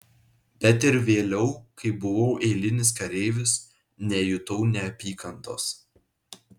bet ir vėliau kai buvau eilinis kareivis nejutau neapykantos